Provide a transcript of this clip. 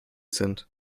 sind